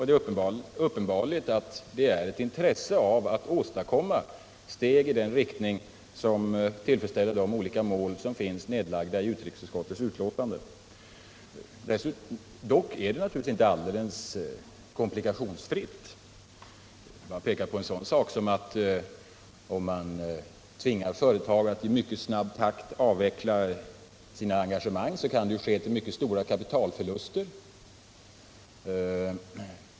Det är uppenbart ett intresse att ta steg = Sydafrika i en riktning som tillfredsställer olika i utrikesutskottets betänkande uppsatta mål. Dock är det naturligtvis inte alldeles komplikationsfritt. Låt mig t.ex. peka på att om man tvingar företag att i mycket snabb takt avveckla sina engagemang, måste det kanske ske till priset av mycket stora kapitalförluster.